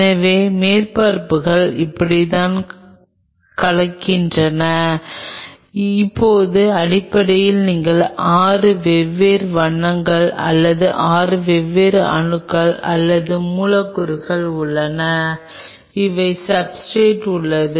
எனவே மேற்பரப்புகள் இப்படித்தான் கலக்கின்றன இப்போது அடிப்படையில் நீங்கள் 6 வெவ்வேறு வண்ணங்கள் அல்லது 6 வெவ்வேறு அணுக்கள் அல்லது மூலக்கூறுகள் உள்ளன அவை சப்ஸ்ர்டேட் உள்ளன